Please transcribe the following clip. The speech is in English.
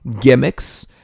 gimmicks